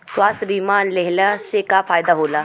स्वास्थ्य बीमा लेहले से का फायदा होला?